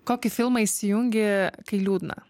kokį filmą įsijungi kai liūdna